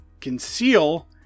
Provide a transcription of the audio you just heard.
conceal